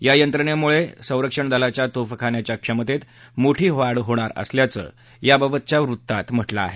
या यंत्रणेमुळे संरक्षण दलाच्या तोफखान्याच्या क्षमतेत मोठी वाढ होणार असल्याचं याबाबतच्या वृत्तात म्हटलं आहे